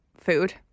Food